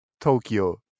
Tokyo